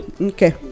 Okay